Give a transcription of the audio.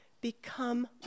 Become